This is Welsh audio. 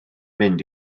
mynd